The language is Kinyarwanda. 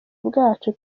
bwacu